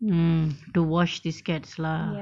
mm to watch these cats lah